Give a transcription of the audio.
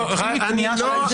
לא, כי יש פה היפוך דרמטי.